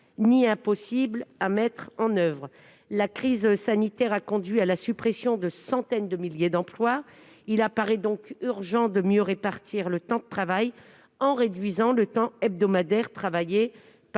ni impossible à mettre en oeuvre. La crise sanitaire a conduit à la suppression de centaines de milliers d'emplois. Il paraît donc urgent de mieux répartir le temps de travail, en réduisant le temps hebdomadaire travaillé par